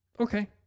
Okay